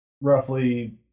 roughly